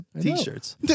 T-shirts